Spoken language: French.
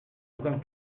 aucun